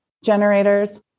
generators